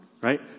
right